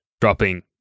dropping